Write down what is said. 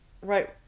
Right